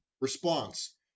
response